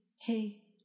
hey